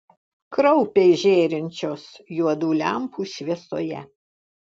kraupiai žėrinčios juodų lempų šviesoje